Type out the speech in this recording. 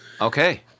Okay